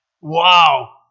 Wow